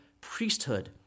priesthood